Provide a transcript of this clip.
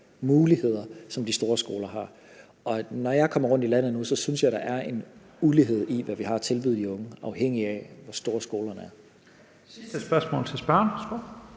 muligheder, som de store skoler har. Og når jeg kommer rundt i landet nu, synes jeg, at der er en ulighed, i forhold til hvad vi har at tilbyde de unge, afhængigt af hvor store skolerne er. Kl. 15:53 Første næstformand